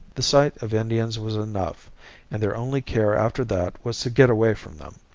the sight of indians was enough and their only care after that was to get away from them.